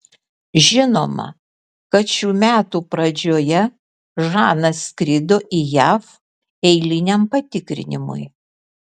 žinoma kad šių metų pradžioje žana skrido į jav eiliniam patikrinimui